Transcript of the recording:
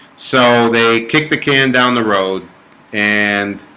so they kick the can down the road and